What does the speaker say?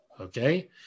Okay